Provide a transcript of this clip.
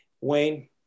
Wayne